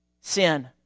sin